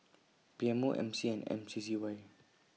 P M O M C and M C C Y